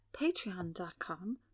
patreon.com